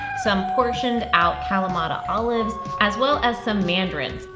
some portioned out kalamata olives, as well as some mandarines.